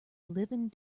living